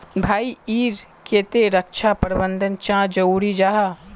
भाई ईर केते रक्षा प्रबंधन चाँ जरूरी जाहा?